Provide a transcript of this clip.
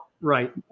Right